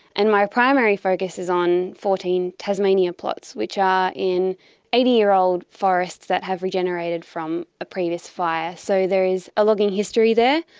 and my primary focus is on fourteen fourteen tasmanian plots, which are in eighty year old forests that have regenerated from a previous fire. so there is a logging history there,